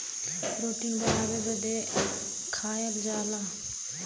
protein बढ़ावे बदे खाएल जाला